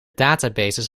databases